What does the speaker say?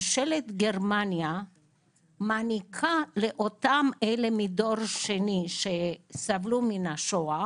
ממשלת גרמניה מעניקה לאותם אלה מדור שני שסבלו מן השואה,